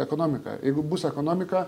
ekonomika jeigu bus ekonomika